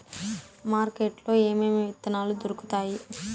market లో ఏమేమి విత్తనాలు దొరుకుతాయి